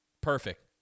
Perfect